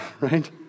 right